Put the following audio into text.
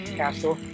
castle